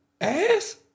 Ass